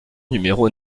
numéro